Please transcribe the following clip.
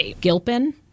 Gilpin